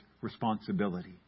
responsibility